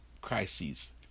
crises